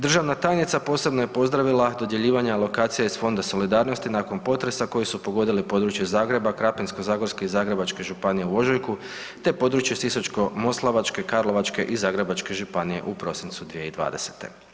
Državna tajnica posebno je pozdravila dodjeljivanje alokacije iz Fonda solidarnosti nakon potresa koji su pogodili područje Zagreba, Krapinsko-zagorske i Zagrebačke županije u ožujku, te područje Sisačko-moslavačke, Karlovačke i Zagrebačke županije u prosincu 2020.